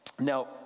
Now